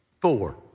four